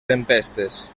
tempestes